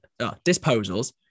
disposals